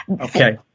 Okay